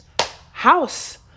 House